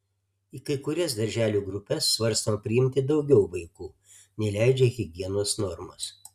į kai kurias darželių grupes svarstoma priimti daugiau vaikų nei leidžia higienos normos